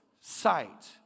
sight